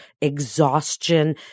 exhaustion